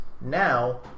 Now